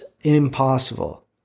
impossible